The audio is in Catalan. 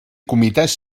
comitès